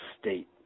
state